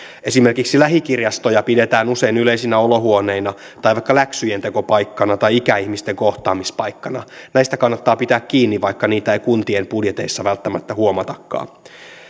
esimerkiksi lähikirjastoja pidetään usein yleisinä olohuoneina tai vaikkapa läksyjentekopaikkana tai ikäihmisten kohtaamispaikkana näistä kannattaa pitää kiinni vaikka niitä ei kuntien budjeteissa välttämättä huomatakaan